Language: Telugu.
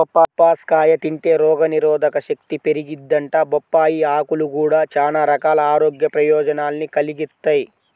బొప్పాస్కాయ తింటే రోగనిరోధకశక్తి పెరిగిద్దంట, బొప్పాయ్ ఆకులు గూడా చానా రకాల ఆరోగ్య ప్రయోజనాల్ని కలిగిత్తయ్